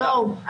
לא,